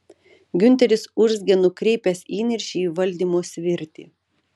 giunteris urzgė nukreipęs įniršį į valdymo svirtį